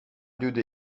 duwde